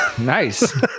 Nice